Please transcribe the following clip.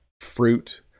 fruit